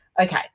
Okay